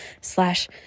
slash